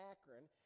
Akron